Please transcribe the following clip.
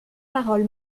parole